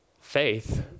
faith